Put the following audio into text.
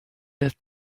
that